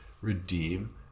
redeem